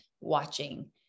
watching